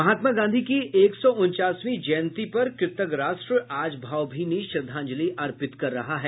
महात्मा गांधी की एक सौ उनचासवीं जयंती पर कृतज्ञ राष्ट्र आज भावभीनी श्रद्वांजलि अर्पित कर रहा है